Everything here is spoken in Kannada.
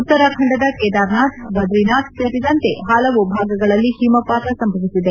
ಉತ್ತರಾಖಂಡದ ಕೇದಾರಾನಾಥ್ ಬದರಿನಾಥ್ ಸೇರಿದಂತೆ ಹಲವು ಭಾಗಗಳಲ್ಲಿ ಹಿಮಪಾತ ಸಂಭವಿಸಿದೆ